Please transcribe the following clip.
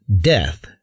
death